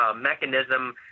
mechanism